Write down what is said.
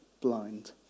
blind